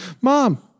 Mom